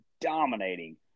dominating